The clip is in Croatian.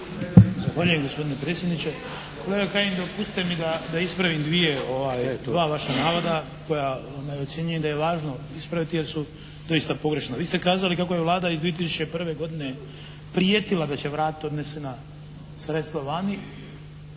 Zahvaljujem gospodine predsjedniče. Kolega Kajin dopustite mi da ispravim dvije, dva vaša navoda koja ocjenjujem da je važno ispraviti jer su doista pogrešna. Vi ste kazali kako je Vlada iz 2001. godine prijetila da će vratiti odnesena sredstva vani